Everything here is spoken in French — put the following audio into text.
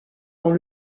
dans